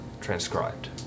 transcribed